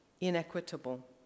inequitable